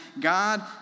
God